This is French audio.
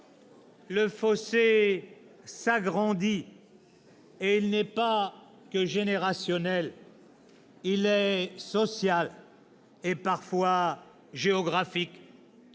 Le fossé s'agrandit et il n'est pas que générationnel : il est social et parfois géographique.